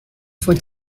for